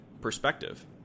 perspective